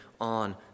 on